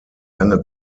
lange